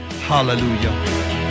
Hallelujah